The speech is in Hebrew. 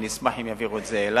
אני אשמח אם יעבירו את זה אלי,